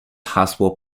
hasło